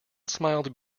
smiled